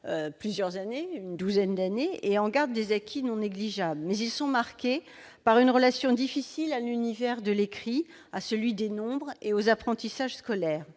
durant une douzaine d'années et en gardent des acquis non négligeables, mais ils sont marqués par une relation difficile à l'univers de l'écrit, à celui des nombres et aux apprentissages scolaires.